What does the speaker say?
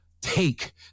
take